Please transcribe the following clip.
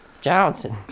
Johnson